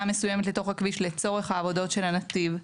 מסוימת לתוך הכביש לצורך העבודות של הנתיב,